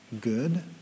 good